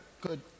good